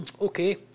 okay